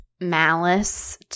malice